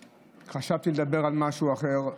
חשבתי לדבר על משהו אחר,